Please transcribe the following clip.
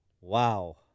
Wow